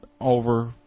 over